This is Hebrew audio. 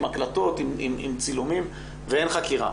עם הקלטות וצילומים ואין חקירה